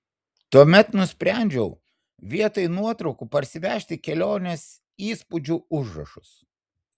tuomet nusprendžiau vietoj nuotraukų parsivežti kelionės įspūdžių užrašus